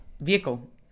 vehicle